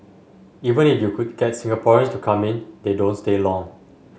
even if you could get Singaporeans to come in they don't stay long